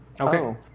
Okay